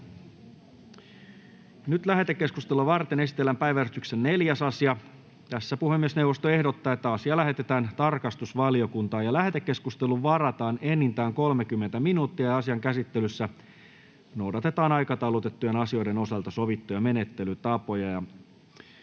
Lähetekeskustelua varten esitellään päiväjärjestyksen 4. asia. Puhemiesneuvosto ehdottaa, että asia lähetetään tarkastusvaliokuntaan. Lähetekeskusteluun varataan enintään 30 minuuttia. Asian käsittelyssä noudatetaan aikataulutettujen asioiden osalta sovittuja menettelytapoja.